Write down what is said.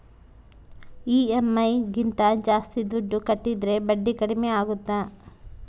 EMI ಗಿಂತ ಜಾಸ್ತಿ ದುಡ್ಡು ಕಟ್ಟಿದರೆ ಬಡ್ಡಿ ಕಡಿಮೆ ಆಗುತ್ತಾ?